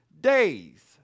days